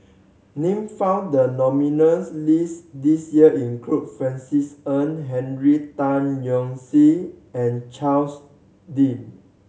name found the nominees list this year include Francis Ng Henry Tan Yoke See and Charles Dyce